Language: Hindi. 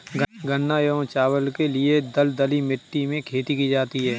गन्ना एवं चावल के लिए दलदली मिट्टी में खेती की जाती है